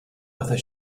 whether